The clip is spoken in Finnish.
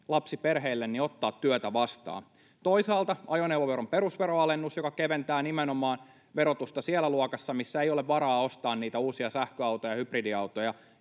lapsiperheille ottaa työtä vastaan. Toisaalta on ajoneuvoveron perusveroalennus, joka keventää verotusta nimenomaan siinä luokassa, missä ei ole varaa ostaa niitä uusia sähköautoja ja hybridiautoja